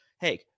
Hey